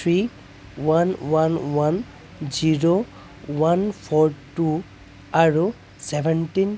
three one one one zero one four two আৰু seventeen